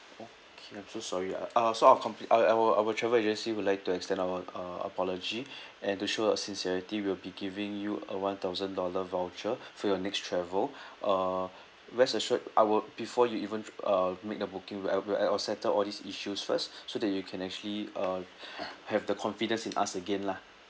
okay I'm so sorry ah uh so I will comp~ uh our our travel agency would like to extend our uh apology and to show our sincerity we'll be giving you a one thousand dollar voucher for your next travel uh rest assured I will before you even uh make the booking we I will settle all these issues first so you can actually uh have the confidence in us again lah